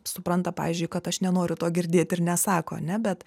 supranta pavyzdžiui kad aš nenoriu to girdėt ir nesako ane bet